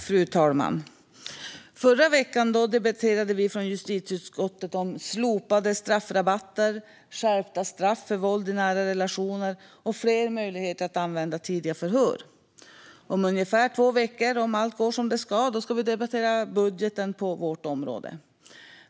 Fru talman! I förra veckan debatterade vi från justitieutskottet slopade straffrabatter, skärpta straff för våld i nära relationer och fler möjligheter att använda tidiga förhör. Om ungefär två veckor ska vi, om allt går som det ska, debattera budgeten på vårt område.